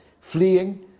fleeing